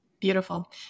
Beautiful